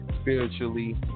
spiritually